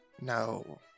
No